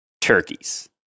turkeys